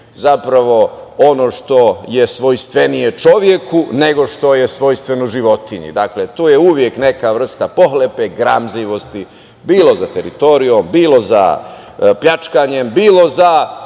zapravo ono što je svojstvenije čoveku nego što je svojstveno životinji. Dakle, to je uvek neka vrsta pohlepe, gramzivosti, bilo za teritorijom, bilo za pljačkanjem, bilo za